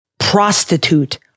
prostitute